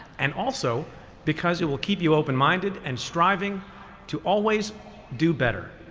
and also because it will keep you open-minded and striving to always do better.